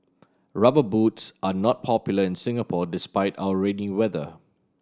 Rubber Boots are not popular in Singapore despite our rainy weather